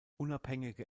unabhängige